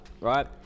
right